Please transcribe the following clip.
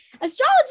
Astrology